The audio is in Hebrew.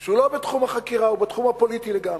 שהוא לא בתחום החקירה, הוא בתחום הפוליטי לגמרי,